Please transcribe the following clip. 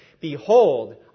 Behold